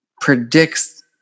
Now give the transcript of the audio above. predicts